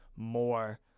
more